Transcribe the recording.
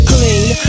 Clean